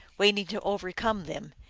waiting to overcome them,